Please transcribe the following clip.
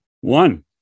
One